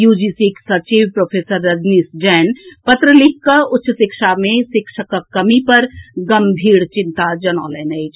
यूजीसीक सचिव प्रोफेसर रजनीश जैन पत्र लिखिकऽ उच्च शिक्षा मे शिक्षकक कमी पर गंभीर चिंता जतौलनि अछि